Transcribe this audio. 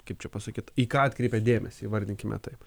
kaip čia pasakyt į ką atkreipė dėmesį įvardinkime taip